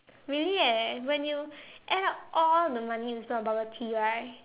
really eh when you add up all the money you spend on bubble tea right